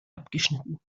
abgeschnitten